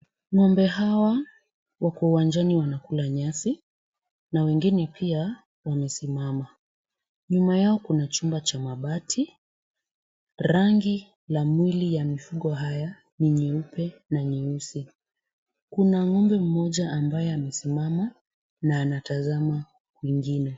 Ng'ombe hawa wako uwanjani wanakula nyasi na wengine pia wamesimama. Nyuma yao kuna chumba cha mabati. Rangi ya mwili ya mifugo hawa ni nyeupe na nyeusi. Kuna ng'ombe mmoja ambaye amesimama na anamtazama mwingine.